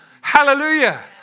Hallelujah